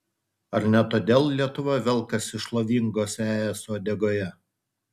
ar ne todėl lietuva velkasi šlovingos es uodegoje